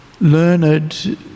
Learned